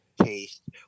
Taste